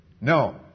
No